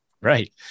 Right